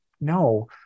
No